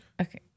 Okay